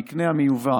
המקנה המיובא